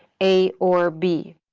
a or b.